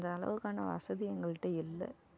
அந்த அளவுக்கான வசதி எங்கள்ட்ட இல்லை